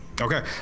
Okay